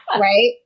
right